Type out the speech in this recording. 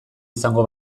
izango